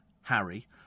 Harry